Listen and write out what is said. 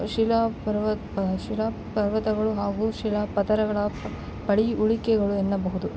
ಶಿಲಾ ಪರ್ವ ಶಿಲಾ ಪರ್ವತಗಳು ಹಾಗು ಶಿಲಾ ಪದರಗಳ ಪಳಿ ಉಳಿಕೆಗಳು ಎನ್ನಬಹುದು